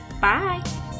Bye